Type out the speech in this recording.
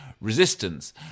resistance